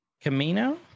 camino